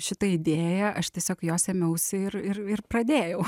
šitą idėją aš tiesiog jos ėmiausi ir ir ir pradėjau